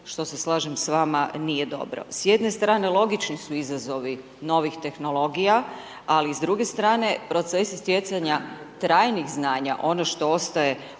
što se slažem s vama nije dobro. S jedne strane, logični su izazovi novih tehnologija, ali s druge strane, procesi stjecanja trajnih znanja, ono što ostaje